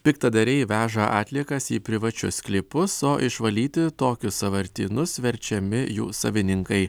piktadariai veža atliekas į privačius sklypus o išvalyti tokius sąvartynus verčiami jų savininkai